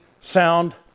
sound